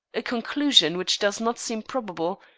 a conclusion which does not seem probable,